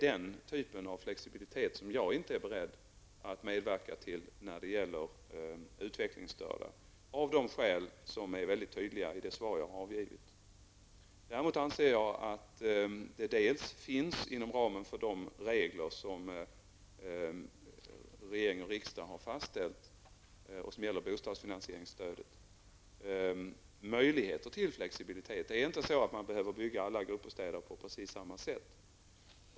Den typen av flexibilitet är jag inte beredd att medverka till när det gäller utvecklingsstörda, av skäl som är väldigt tydliga i det svar jag har avgivit. Däremot anser jag att det inom ramen för de regler som regering och riksdag har fastställt och som gäller bostadsfinansieringsstödet finns möjligheter till flexibilitet. Man behöver inte bygga alla gruppbostäder på precis samma sätt.